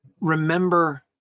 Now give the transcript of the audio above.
Remember